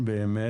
אותו בנאדם,